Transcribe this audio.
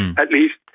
at least,